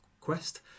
quest